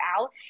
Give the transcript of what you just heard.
out